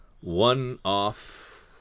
one-off